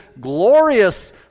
glorious